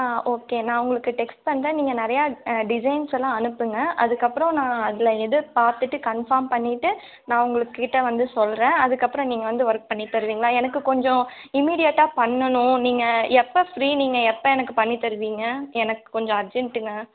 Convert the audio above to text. ஆ okay நான் உங்களுக்கு text பண்ணுறேன் நீங்கள் நிறைய டிசைன்ஸ்ஸெல்லாம் அனுப்புங்க அதுக்கப்புறம் நான் அதில் எது பார்த்துட்டு கன்ஃபாம் பண்ணிட்டு நான் உங்கள் கிட்டே வந்து சொல்கிறேன் அதுக்கப்புறம் நீங்கள் வந்து ஒர்க் பண்ணி தருவிங்களா எனக்கு கொஞ்சம் இமீடியட்டாக பண்ணணும் நீங்கள் எப்போ ஃப்ரீ நீங்கள் எப்போ எனக்கு பண்ணி தருவீங்க எனக்கு கொஞ்சம் அர்ஜன்டுங்க